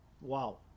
wow